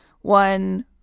one